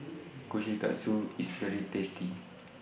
Kushikatsu IS very tasty